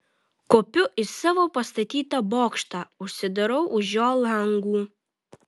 kopiu į savo pastatytą bokštą užsidarau už jo langų